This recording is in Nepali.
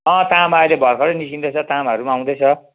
अँ तामा अहिले भर्खरै निस्किँदै छ तामाहरू पनि आउँदैछ